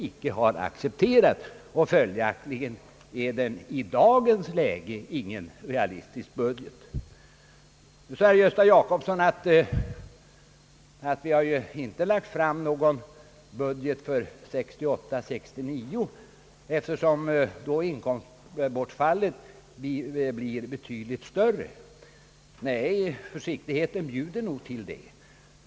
Herr Gösta Jacobsson sade att högerpartiet inte har lagt fram någon alternativ budget för 1968/69, då inkomstbortfallet blir betydligt större. Nej, försiktigheten bjuder nog till det.